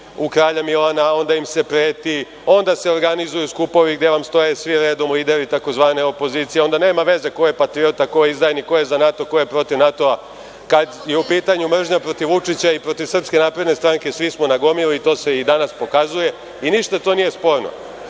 u Kralja Milana, onda se preti, onda se organizuju skupovi gde vam stoje svi redom lideri tzv. opozicije, onda nema veze ko je patriota, ko je izdajica, ko je za NATO, ko je protiv NATO-a. Kada je u pitanju mržnja protiv Vučića i SNS, svi smo na gomili i to se i danas pokazuje. Ništa to nije sporno. Ja